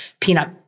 peanut